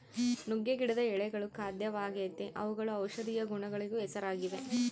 ನುಗ್ಗೆ ಗಿಡದ ಎಳೆಗಳು ಖಾದ್ಯವಾಗೆತೇ ಅವುಗಳು ಔಷದಿಯ ಗುಣಗಳಿಗೂ ಹೆಸರಾಗಿವೆ